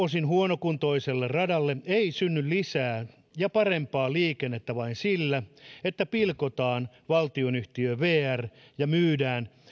osin huonokuntoiselle radalle ei synny lisää ja parempaa liikennettä vain sillä että pilkotaan valtionyhtiö vr ja myydään